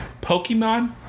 Pokemon